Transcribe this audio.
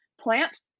plant